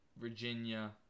Virginia